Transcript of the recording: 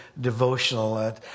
devotional